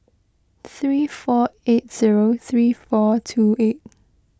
three four eight zero three four two eight